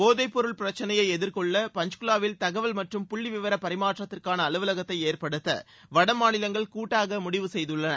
போதைப்பொருள் பிரச்னையை எதிர்கொள்ள பஞ்ச்குவாவில் தகவல் மற்றும் புள்ளிவிவர பரிமாற்றத்திற்கான அலுவலகத்தை ஏற்படுத்த வடமாநிலங்கள் கூட்டாக முடிவு செய்துள்ளன